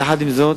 יחד עם זאת,